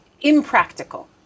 impractical